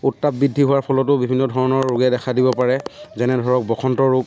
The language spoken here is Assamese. উত্তাপ বৃদ্ধি হোৱাৰ ফলতো বিভিন্ন ধৰণৰ ৰোগে দেখা দিব পাৰে যেনে ধৰক বসন্ত ৰোগ